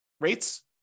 rates